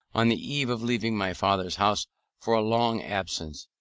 on the eve of leaving my father's house for a long absence,